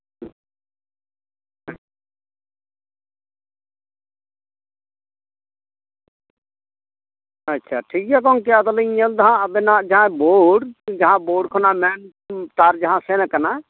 ᱟᱪᱪᱷᱟ ᱴᱷᱤᱠ ᱜᱮᱭᱟ ᱜᱚᱝᱠᱮ ᱟᱫᱚᱞᱤᱧ ᱧᱮᱞ ᱫᱟ ᱦᱟᱸᱜ ᱟᱵᱮᱱᱟᱜ ᱡᱟᱦᱟᱸ ᱵᱳᱨᱰ ᱡᱟᱦᱟᱸ ᱵᱳᱲ ᱢᱮᱱ ᱛᱟᱨ ᱡᱟᱦᱟᱸ ᱥᱮᱱᱟᱠᱟᱱᱟ